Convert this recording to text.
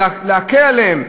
והניסיון שלנו הוא בלהקל עליהם,